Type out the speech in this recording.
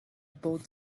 both